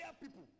people